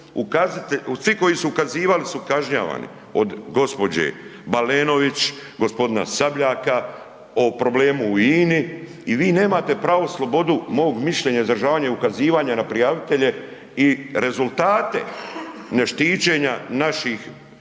svi koji su ukazivali su kažnjavani, od gospođe Balenović, gospodina Sabljaka o problemu u INI i vi nemate pravo slobodu mog mišljenja, izražavanja i ukazivanja na prijavitelje i rezultate ne štićenja naših ljudi